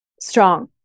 strong